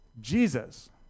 Jesus